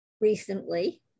recently